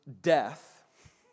death